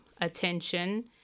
attention